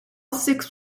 six